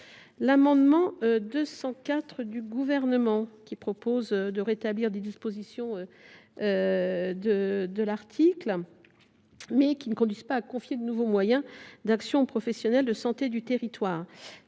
L’amendement n° 204 du Gouvernement vise à rétablir des dispositions qui ne conduisent pas à confier de nouveaux moyens d’action aux professionnels de santé du territoire.